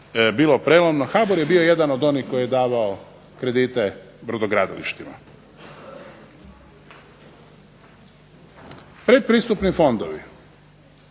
HBOR je bio jedan od onih koji je davao kredite brodogradilištima. Pretpristupni fondovi,